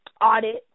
audit